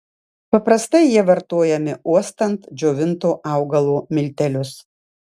paprastai jie vartojami uostant džiovinto augalo miltelius